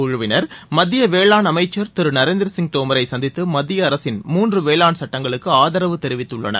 குழுவினர் மத்திய வேளாண் அமைச்சர் நரேந்திர சிங் தோமரை சந்தித்து மத்திய அரசின் மூன்று வேளாண் சட்டங்களுக்கு ஆதரவு தெரிவித்துள்ளனர்